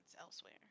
elsewhere